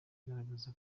agaragaza